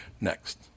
Next